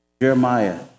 Jeremiah